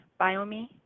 Biome